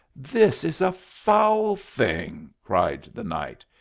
this is a foul thing! cried the knight.